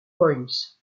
points